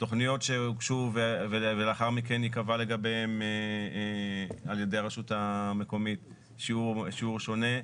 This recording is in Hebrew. תכניות שהוגשו ולאחר מכן ייקבע לגביהם על ידי רשות מקומית שיעור שונה,